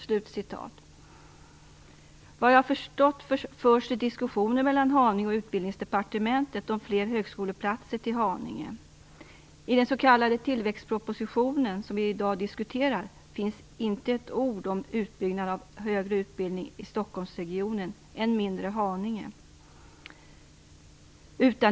Såvitt jag har förstått förs det diskussioner mellan I den s.k. tillväxtpropositionen som vi i dag diskuterar finns det inte ett ord om utbyggnaden av den högre utbildningen i Stockholmsregionen, än mindre om Haninge.